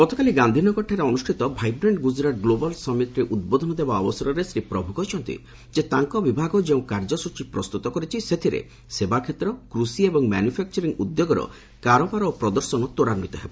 ଗତକାଲି ଗାନ୍ଧିନଗରଠାରେ ଅନୁଷ୍ଠିତ ଭାଇବ୍ରାଷ୍ଟ୍ ଗୁଜରାଟ ଗ୍ଲୋବାଲ୍ ସମିଟିରେ ଉଦ୍ବୋଧନ ଦେବା ଅବସରରେ ଶ୍ରୀ ପ୍ରଭୁ କହିଛନ୍ତି ତାଙ୍କ ବିଭାଗ ଯେଉଁ କାର୍ଯ୍ୟସ୍କଚୀ ପ୍ରସ୍ତୁତ କରିଛି ସେଥିରେ ସେବାକ୍ଷେତ୍ର କୃଷି ଓ ମାନୁଫାକ୍ଚରିଂ ଉଦ୍ୟୋଗର କାରବାର ଓ ପ୍ରଦର୍ଶନ ତ୍ୱରାନ୍ଧିତ ହେବ